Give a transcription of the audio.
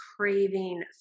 craving